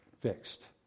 fixed